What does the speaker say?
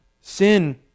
Sin